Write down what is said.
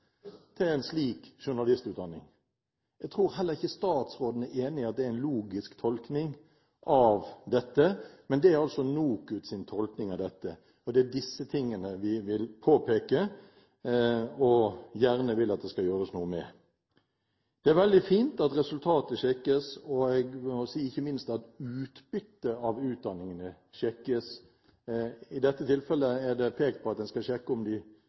til en slik journalistutdanning. Jeg tror heller ikke statsråden er enig i at det er en logisk tolkning av dette, men det er altså NOKUTs tolkning – og det er disse tingene vi vil påpeke og gjerne vil at det skal gjøres noe med. Det er veldig fint at resultatet sjekkes, og, jeg må si, ikke minst at utbyttet av utdanningene sjekkes – i dette tilfellet er det pekt på at en skal sjekke